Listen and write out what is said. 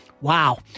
Wow